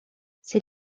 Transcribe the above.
ses